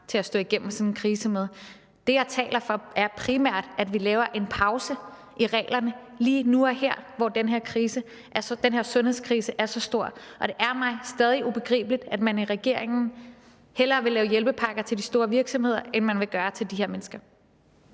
til at stå igennem sådan en krise med. Det, jeg taler for, er primært, at vi laver en pause i reglerne lige nu og her, hvor den her sundhedskrise er så stor. Og det er mig stadig ubegribeligt, at man i regeringen hellere vil lave hjælpepakker til de store virksomheder, end man vil gøre i forhold til de her mennesker.